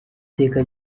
teka